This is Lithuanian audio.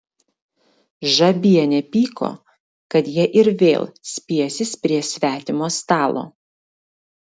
žabienė pyko kad jie ir vėl spiesis prie svetimo stalo